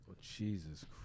Jesus